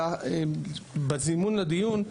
בזימון לדיון,